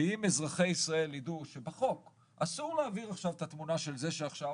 אם אזרחי ישראל יידעו שבחוק אסור להעביר את התמונה של זה שעכשיו